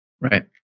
Right